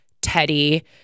Teddy